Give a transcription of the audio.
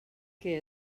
que